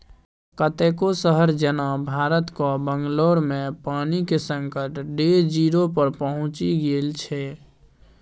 कतेको शहर जेना भारतक बंगलौरमे पानिक संकट डे जीरो पर पहुँचि गेल छै